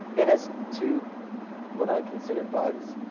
it has two what i consider bugs.